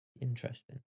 Interesting